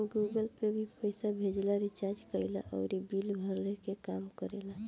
Google Pay भी पईसा भेजला, रिचार्ज कईला अउरी बिल भरला के काम करेला